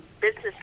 business